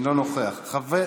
אינו נוכח, חבר